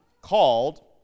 called